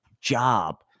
job